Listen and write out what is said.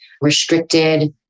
restricted